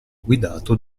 guidato